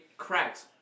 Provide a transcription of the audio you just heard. cracks